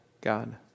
God